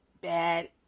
bad